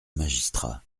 magistrats